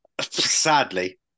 Sadly